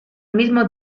mismo